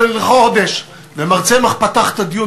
חברי הכנסת, היום כ"ז בסיוון תשע"ג,